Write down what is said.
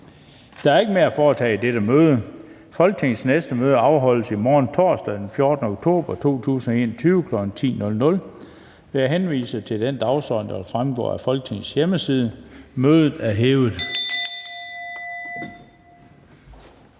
Der er ikke mere at foretage i dette møde. Folketingets næste møde afholdes i morgen, torsdag den 14. oktober 2021, kl. 10.00. Jeg henviser til den dagsorden, der vil fremgå af Folketingets hjemmeside. Mødet er hævet.